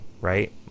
right